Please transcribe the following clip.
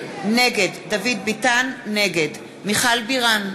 נגד מיכל בירן,